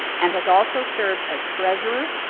and has also served as treasurer,